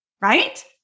right